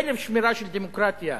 כלב שמירה של הדמוקרטיה,